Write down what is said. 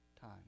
time